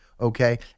okay